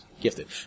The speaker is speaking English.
Gifted